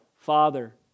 father